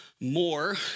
more